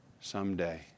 someday